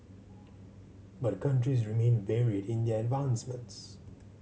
but countries remain varied in their advancements